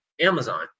Amazon